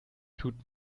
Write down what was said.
tut